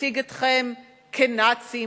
נציג אתכם כנאצים,